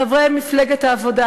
חברי מפלגת העבודה,